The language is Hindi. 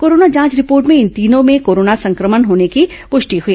कोरोना जांच रिपोर्ट में इन तीनों में कोरोना संक्रमण होने की पुष्टि हुई